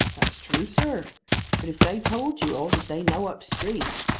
that's true, sir but if they told you all that they know up street,